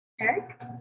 Eric